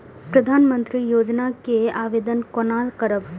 प्रधानमंत्री योजना के आवेदन कोना करब?